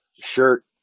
shirt